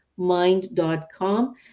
mind.com